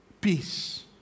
peace